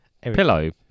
Pillow